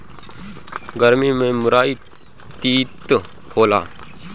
गरमी में मुरई तीत होला